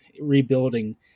rebuilding